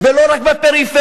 ולא רק בפריפריה,